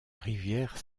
rivière